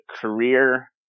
career